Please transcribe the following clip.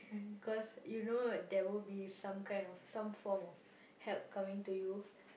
cause you know there will be some kind of some form of help coming to you